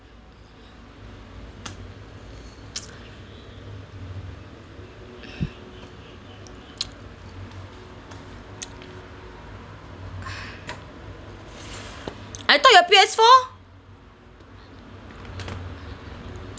I thought your P_S four